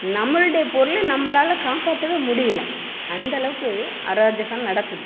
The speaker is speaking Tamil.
நம்மளுடைய பொருளை நம்மளால் காப்பாற்றவே முடியல அந்தளவுக்கு அராஜகம் நடக்குது